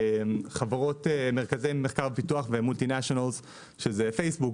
חברות מרכזי מחקר ופיתוח מולטי נשיונל שזה פייסבוק,